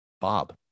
Bob